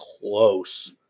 close